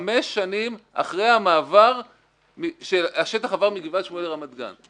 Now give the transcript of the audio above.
חמש שנים אחרי שהשטח עבר מגבעת שמואל לרמת גן.